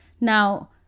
Now